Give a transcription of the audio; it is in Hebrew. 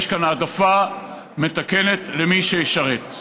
יש כאן העדפה מתקנת למי שישרת.